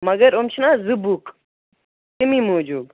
مَگر یِم چھِنَہ زٕ بُک اَمی موٗجوٗب